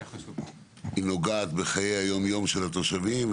היא נוגעת בחיי היום-יום של התושבים.